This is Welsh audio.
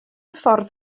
ffordd